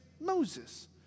Moses